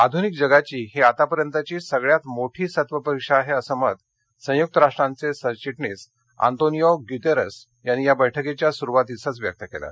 आधुनिक जगाची ही आतापर्यंतची सगळ्यात मोठी सत्व परिक्षा आह असं मत संयूक राष्ट्रांच जिरचिटणिस आंतोनिओ ग्यूतख्खे यांनी या बर्क्कीच्या सुरूवातीसच व्यक्त कलि